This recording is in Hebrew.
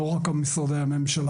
ולא רק את משרדי הממשלה.